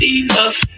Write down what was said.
enough